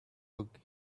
took